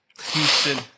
Houston